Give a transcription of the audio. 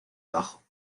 debajo